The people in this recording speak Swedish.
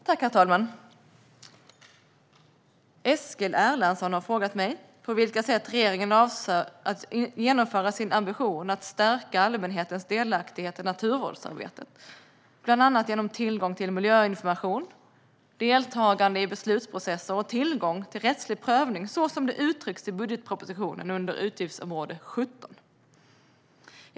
Herr talman! Eskil Erlandsson har frågat mig på vilka sätt regeringen avser att genomföra sin ambition att stärka allmänhetens delaktighet i naturvårdsarbetet, bland annat genom tillgång till miljöinformation, deltagande i beslutsprocesser och tillgång till rättslig prövning så som det uttrycks i budgetpropositionen under utgiftsområde 17.